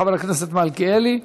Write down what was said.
חבר הכנסת מלכיאלי.